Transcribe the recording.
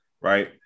Right